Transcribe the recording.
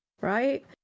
Right